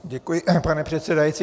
Děkuji, pane předsedající.